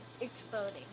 Exploding